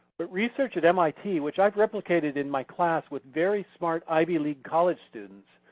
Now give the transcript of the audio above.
but research at mit, which i've replicated in my class with very smart ivy league college students,